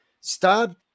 stop